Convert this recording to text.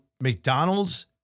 McDonald's